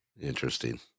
interesting